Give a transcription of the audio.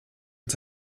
und